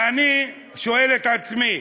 ואני שואל את עצמי: